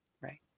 Right